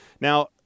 Now